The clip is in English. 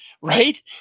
Right